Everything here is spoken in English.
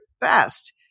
best